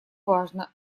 важно